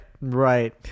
Right